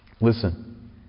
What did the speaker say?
Listen